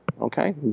Okay